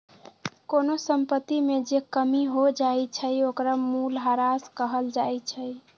कोनो संपत्ति में जे कमी हो जाई छई ओकरा मूलहरास कहल जाई छई